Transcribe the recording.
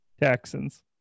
Texans